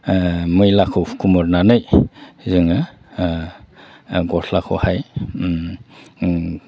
मैलाखौ हुखुमुरनानै जोङो गस्लाखौहाय